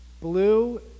blue